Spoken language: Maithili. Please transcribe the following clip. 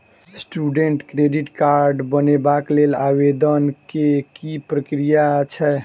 स्टूडेंट क्रेडिट कार्ड बनेबाक लेल आवेदन केँ की प्रक्रिया छै?